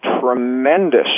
tremendous